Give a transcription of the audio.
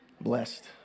blessed